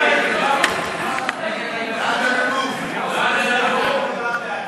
חילוץ ושיקום מעוני),